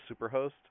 Superhost